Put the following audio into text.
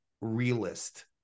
realist